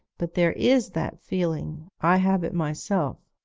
but there is that feeling i have it myself.